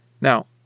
Now